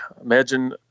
imagine